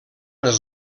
les